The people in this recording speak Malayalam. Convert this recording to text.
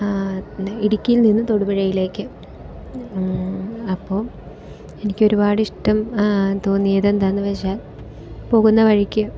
അത് ഇടുക്കിയിൽ നിന്നും തൊടുപുഴയിലേക്ക് അപ്പോൾ എനിക്ക് ഒരുപാട് ഇഷ്ടം തോന്നിയത് എന്താണെന്ന് വെച്ചാൽ പോകുന്ന വഴിക്ക്